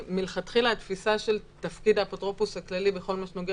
מלכתחילה התפיסה של תפקיד האפוטרופוס הכללי בכל מה שנוגע